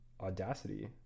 audacity